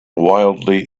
wildly